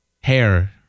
Hair